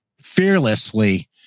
fearlessly